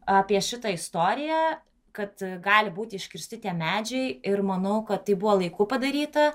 apie šitą istoriją kad gali būti iškirsti tie medžiai ir manau kad tai buvo laiku padaryta